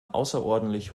außerordentlich